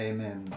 Amen